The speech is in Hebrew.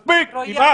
די, מספיק נמאס.